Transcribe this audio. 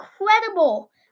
incredible